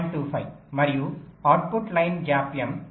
25 మరియు output line జాప్యం 0